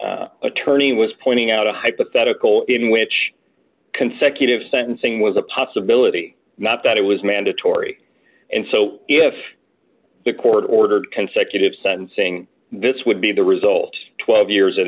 the attorney was pointing out a hypothetical in which consecutive sentencing was a possibility not that it was mandatory and so if the court ordered consecutive sentencing this would be the result twelve years